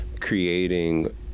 creating